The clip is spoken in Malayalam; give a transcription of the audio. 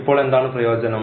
ഇപ്പോൾ എന്താണ് പ്രയോജനം